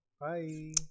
Bye